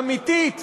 אמיתית,